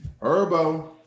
Herbo